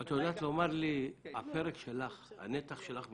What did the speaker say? --- את יודעת לומר לי, הנתח שלך בחינוך,